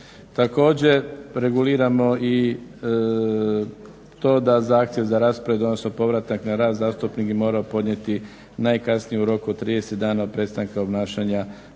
Također reguliramo i to da zahtjev za raspored, odnosno povratak na rad zastupnik je morao podnijeti najkasnije u roku 30 dana od prestanka obnašanja zastupničke